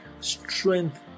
strength